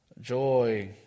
Joy